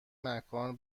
مکان